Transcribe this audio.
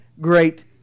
great